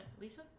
Lisa